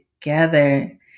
together